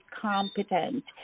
competent